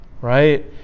right